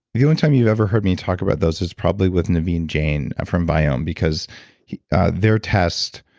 the only time you've ever heard me talk about those is probably with naveen jain from viome, because their test,